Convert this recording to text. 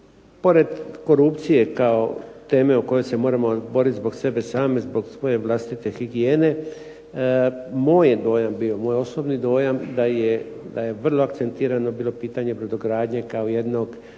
pored korupcije kao teme o kojoj se moramo borit zbog sebe samih, zbog svoje vlastite higijene, moj je dojam bio, moj osobni dojam da je vrlo akcentirano bilo pitanje brodogradnje kao jednog